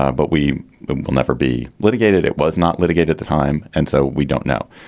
um but we will never be litigated. it was not litigate at the time. and so we don't know.